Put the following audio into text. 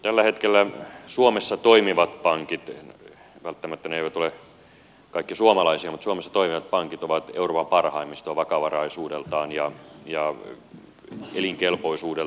tällä hetkellä suomessa toimivat pankit välttämättä ne eivät ole kaikki suomalaisia mutta suomessa toimivat pankit ovat euroopan parhaimmistoa vakavaraisuudeltaan ja elinkelpoisuudeltaan